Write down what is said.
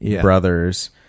brothers